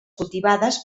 cultivades